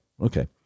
Okay